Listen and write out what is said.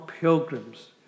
pilgrims